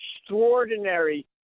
extraordinary